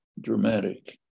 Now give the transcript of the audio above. dramatic